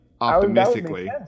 optimistically